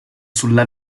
sulla